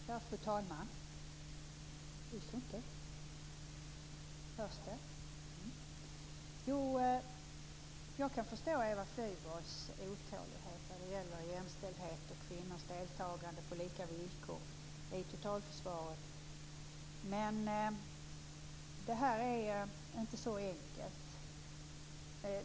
Fru talman! Jag kan förstå Eva Flyborgs otålighet när det gäller jämställdheten och kvinnors deltagande på lika villkor i totalförsvaret. Men detta är inte så enkelt.